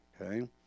Okay